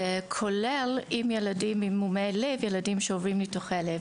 כולל עם ילדים עם מומי לב וילדים שעוברים ניתוחי לב.